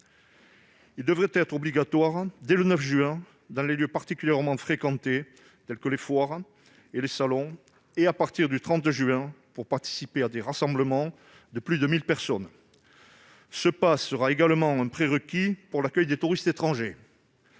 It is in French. Il devrait être obligatoire dès le 9 juin dans les lieux particulièrement fréquentés, tels que les foires et les salons, et à partir du 30 juin pour participer à des rassemblements de plus de 1 000 personnes. Ce pass sera également un prérequis pour l'accueil des touristes étrangers.